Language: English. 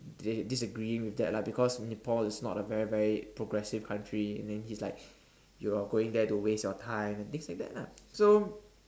they disagreeing with that lah because Nepal is not a very very progressive country and then he's like you're going there to waste your time and things like that lah so